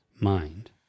mind